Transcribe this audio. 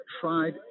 tried